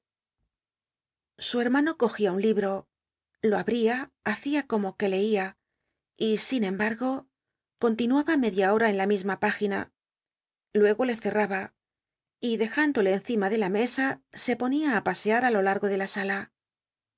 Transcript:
su hermano cogía un libo lo alwia hacia coil io que leia y sin embargo continuaba media hora en la misma p ígina luego le cerraba y dejándole encima le la mesa se ponía í pascar í lo largo de la s